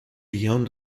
beyond